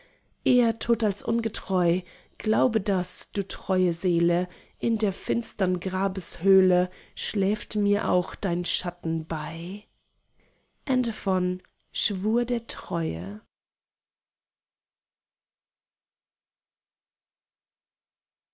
eher tot als ungetreu glaube das du treue seele in der finstern grabeshöhle schläft mir auch dein schatten bei